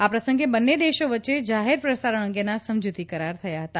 આ પ્રસંગે બંને દેશો વચ્ચે જાહેર પ્રસારણ અંગેના સમજૂતી કરાર થયા હતા